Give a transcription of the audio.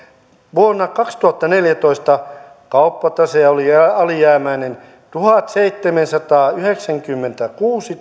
vuonna kaksituhattaneljätoista kauppatase oli alijäämäinen tuhatseitsemänsataayhdeksänkymmentäkuusi